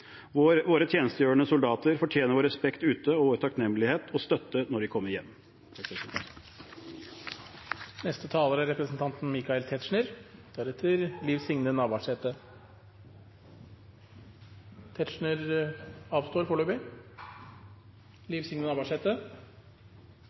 Våre tjenestegjørende soldater fortjener vår respekt ute og vår takknemlighet og støtte når de kommer